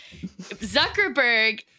Zuckerberg